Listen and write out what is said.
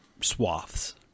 swaths